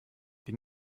die